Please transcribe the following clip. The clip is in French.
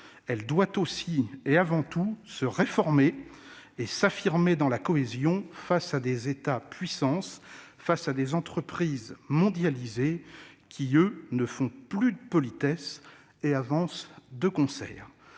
Elle doit aussi et avant tout se réformer et s'affirmer dans la cohésion face à des États puissances et à des entreprises mondialisées, qui, eux, ne font plus de politesse et avancent de concert.